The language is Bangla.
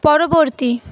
পরবর্তী